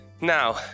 now